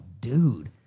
dude